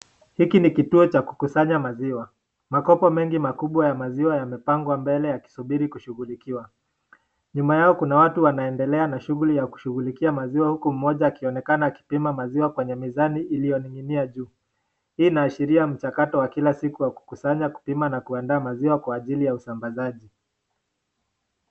Hiki ni kituo cha kukusanya maziwa, makopo mengi makubwa ya maziwa yamepangwa mbele yakisubiri kushughulikiwa. Nyuma yao kuna watu wanaendelea na shughuli ya kushughulikia maziwa huku mmoja akionekana akipima maziwa kwenye mizani iliyoning'inia juu. Hii inaashiria mchakato wa kila siku wa kukusanya, kupima na kuandaa maziwa kwa ajili ya usambazaji.